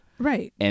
Right